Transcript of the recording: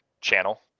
channel